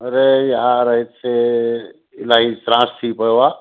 अड़े यारु हिते इलाही त्रास थी पियो आहे